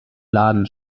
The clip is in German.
laden